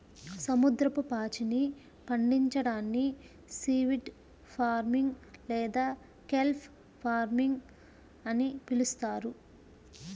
సముద్రపు పాచిని పండించడాన్ని సీవీడ్ ఫార్మింగ్ లేదా కెల్ప్ ఫార్మింగ్ అని పిలుస్తారు